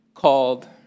called